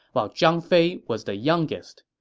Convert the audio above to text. while zhang fei was the youngest.